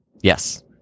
yes